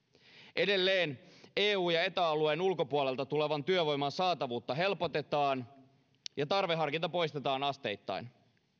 edelleen eu ja eta alueen ulkopuolelta tulevan työvoiman saatavuutta helpotetaan ja tarveharkinta poistetaan asteittain